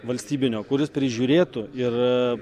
valstybinio kuris prižiūrėtų ir